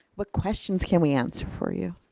what questions can we answer for you?